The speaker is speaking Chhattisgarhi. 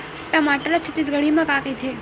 टमाटर ला छत्तीसगढ़ी मा का कइथे?